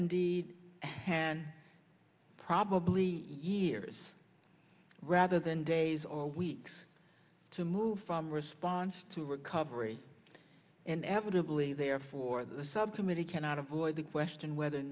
indeed hand probably years rather than days or weeks to move from response to recovery and evidently therefore the subcommittee cannot avoid the question whether